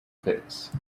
fits